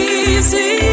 easy